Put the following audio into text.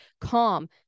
calm